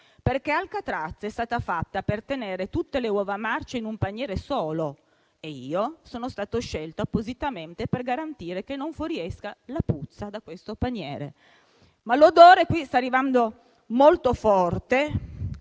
perché Alcatraz è stata fatta per tenere tutte le uova marce in un paniere solo e io sono stato scelto appositamente per garantire che non fuoriesca la puzza da questo paniere». Ma l'odore qui sta arrivando molto forte